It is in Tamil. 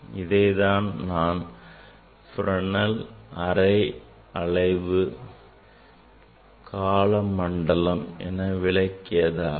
இதைதான் நான் Fresnel அரை அலைவு கால மண்டலம் பற்றி விளக்கியதாகும்